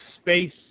space